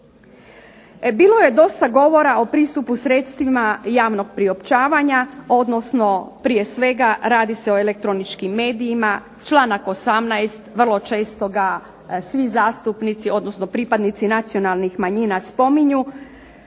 Bilo je dosta govora o pristupu sredstvima javnog priopćavanja, odnosno prije svega radi se o elektroničkim medijima, članak 18. vrlo često ga svi zastupnici odnosno pripadnici nacionalnih manjina spominju